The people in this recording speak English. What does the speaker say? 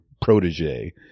protege